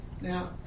Now